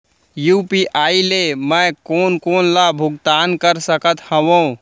UPI ले मैं कोन कोन ला भुगतान कर सकत हओं?